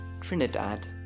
Trinidad